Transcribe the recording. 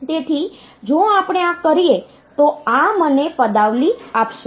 તેથી જો આપણે આ કરીએ તો આ મને પદાવલિ આપશે